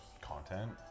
content